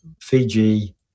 Fiji